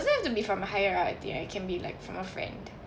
doesn't have to be from a higher hierarchy it can be like from a friend